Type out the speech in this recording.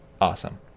awesome